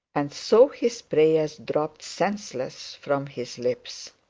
and so his prayers dropped senseless from his lips.